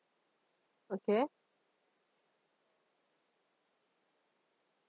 okay